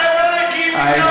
אתם לא נקיים מטעויות,